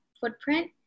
footprint